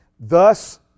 Thus